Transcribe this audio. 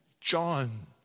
John